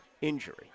injury